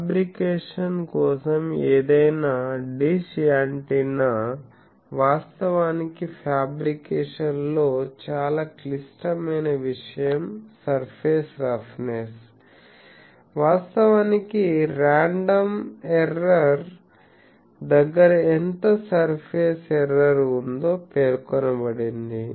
fabrication కోసం ఏదైనా dish antenna వాస్తవానికి ఫ్యాబ్రికేషన్ లో చాలా క్లిష్టమైన విషయం సర్ఫేస్ రఫ్నెస్ వాస్తవానికి రాండం ఎర్రర్ దగ్గర ఎంత సర్ఫేస్ ఎర్రర్ ఉందో పేర్కొనబడింది